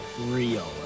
real